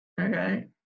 Okay